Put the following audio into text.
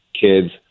kids